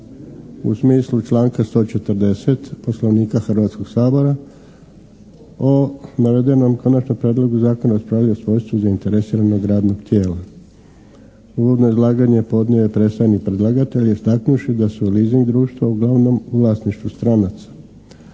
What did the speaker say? u smislu članka 140. Poslovnika Hrvatskog sabora o navedenom Konačnom prijedlogu zakona … /Govornik se ne razumije./ … svojstvo zainteresiranog radnog tijela. Uvodno izlaganje podnio je predstavnik predlagatelja istaknuvši da su leasing društva uglavnom u vlasništvu stranaca.